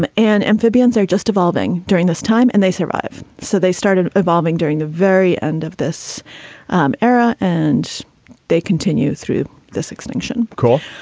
um and amphibians are just evolving during this time and they survive. so they started evolving during the very end of this um era and they continue through this extinction call.